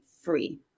free